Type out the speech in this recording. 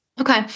Okay